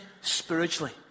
spiritually